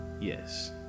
yes